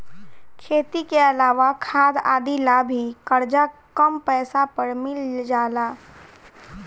खेती के अलावा खाद आदि ला भी करजा कम पैसा पर मिल जाला